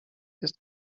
jest